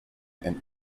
and